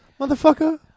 Motherfucker